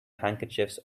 handkerchiefs